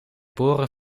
boren